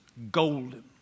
golden